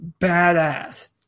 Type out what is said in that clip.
badass